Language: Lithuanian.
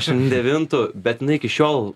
šem devintų bet jinai iki šiol